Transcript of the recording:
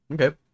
Okay